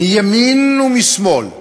מימין ומשמאל,